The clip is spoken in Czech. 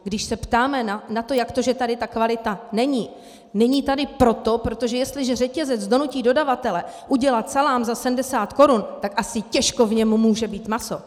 Když se ptáme na to, jak to, že tady ta kvalita není není tady proto, protože jestliže řetězec donutí dodavatele udělat salám za 70 korun, tak asi těžko v něm může být maso.